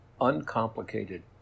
uncomplicated